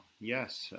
Yes